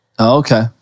Okay